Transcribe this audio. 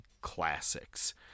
Classics